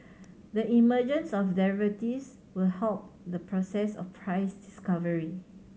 the emergence of derivatives will help the process of price discovery